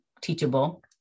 teachable